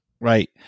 Right